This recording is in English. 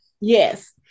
Yes